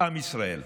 עם ישראל.